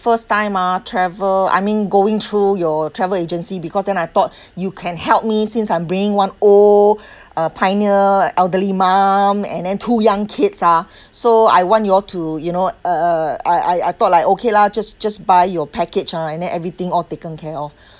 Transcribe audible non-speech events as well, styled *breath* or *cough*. first time ah travel I mean going through your travel agency because then I thought *breath* you can help me since I'm bringing one old *breath* uh pioneer elderly mom and then two young kids ah *breath* so I want you all to you know uh uh I I I thought like okay lah just just buy your package ah and then everything all taken care of *breath*